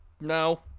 No